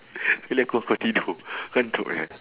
sekali aku ngan kau tidur